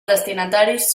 destinataris